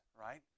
right